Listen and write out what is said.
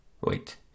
Wait